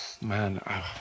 man